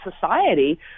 society